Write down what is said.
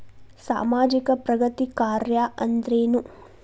ಸಾಮಾಜಿಕ ಪ್ರಗತಿ ಕಾರ್ಯಾ ಅಂದ್ರೇನು?